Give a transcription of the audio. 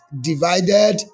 divided